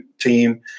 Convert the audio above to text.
team